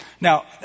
Now